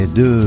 de